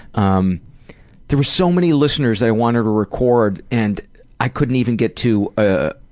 um there were so many listeners i wanted to record and i couldn't even get to a